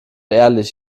ehrlich